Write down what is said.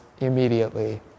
immediately